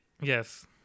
Yes